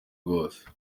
wose